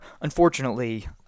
unfortunately